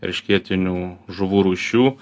eršketinių žuvų rūšių